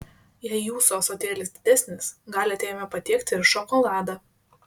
jei jūsų ąsotėlis didesnis galite jame patiekti ir šokoladą